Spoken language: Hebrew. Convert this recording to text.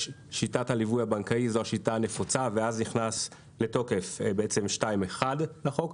שיטת הליווי הבנקאי היא השיטה הנפוצה ואז נכנס לתוקף 2(1) לחוק.